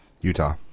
Utah